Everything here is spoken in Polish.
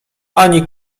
ani